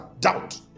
doubt